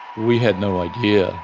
we had no idea